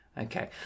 Okay